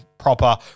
proper